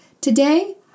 Today